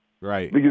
Right